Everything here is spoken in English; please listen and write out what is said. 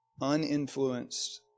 uninfluenced